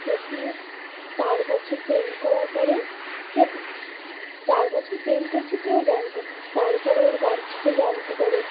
প্রথমে চার বছর প্রেম করার পরে চার বছর প্রেম করছি কেউ জানত না তার পরে ওর বাড়ি থেকে জানতে পারে